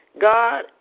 God